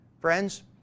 Friends